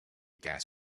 gas